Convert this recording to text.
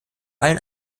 allem